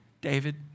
David